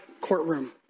courtroom